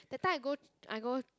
that time I go I go